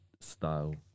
style